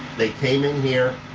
they came in here,